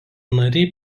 nariai